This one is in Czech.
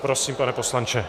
Prosím, pane poslanče.